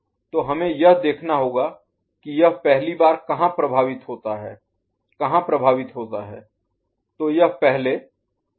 तो हमें यह देखना होगा कि यह पहली बार कहां प्रभावित होता है कहां प्रभावित होता है